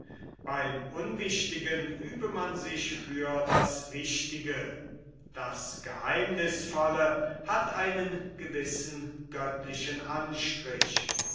beim unwichtigen übe man sich für das wichtige das geheimnißvolle hat einen gewissen göttlichen anstrich